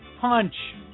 Punch